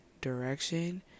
direction